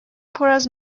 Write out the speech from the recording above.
پراز